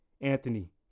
Anthony